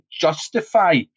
justify